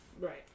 Right